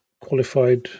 qualified